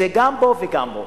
זה גם פה וגם פה,